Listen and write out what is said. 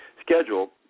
schedule